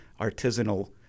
artisanal